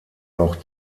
noch